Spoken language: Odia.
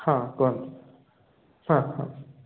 ହଁ କୁହନ୍ତୁ ହଁ ହଁ